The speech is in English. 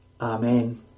Amen